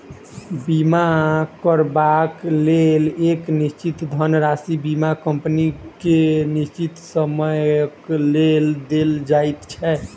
बीमा करयबाक लेल एक निश्चित धनराशि बीमा कम्पनी के निश्चित समयक लेल देल जाइत छै